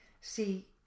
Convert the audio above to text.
See